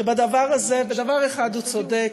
שבדבר הזה, בדבר אחד הוא צודק,